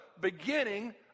beginning